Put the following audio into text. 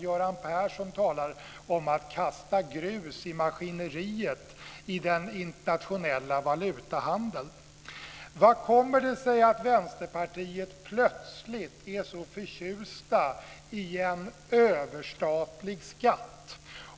Göran Persson talar om att kasta grus i maskineriet i den internationella valutahandeln. Hur kommer det sig att Vänsterpartiet plötsligt är så förtjust i en överstatlig skatt?